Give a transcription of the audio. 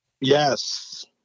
Yes